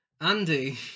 Andy